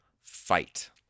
fight